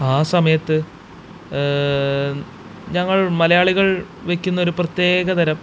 ആ സമയത്ത് ഞങ്ങള് മലയാളികള് വയ്ക്കുന്നൊരു പ്രത്യേകതരം